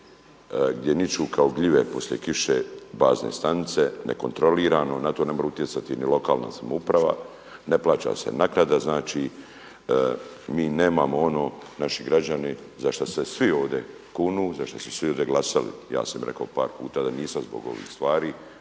gdje niču kao gljive poslije kiše bazne stanice nekontrolirano, na to ne mora utjecati ni lokalna samouprava, ne plaća se naknada, znači mi nemamo ono naši građani za šta se svi ovdje kunu, za šta su svi ovdje glasali, ja sam rekao par puta da nisam zbog ovih stvari